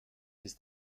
ist